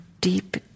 deep